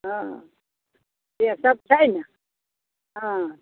हँ सेसब छै ने हँ